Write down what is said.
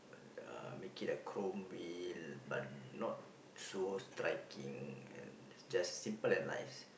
uh make it like chrome wheel but not so striking and just simple and nice